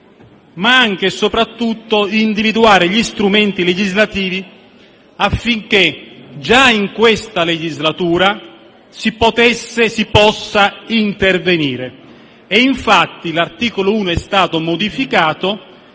ma anche e soprattutto dove individuare gli strumenti legislativi affinché già in questa legislatura si possa intervenire. L'articolo 1 è stato infatti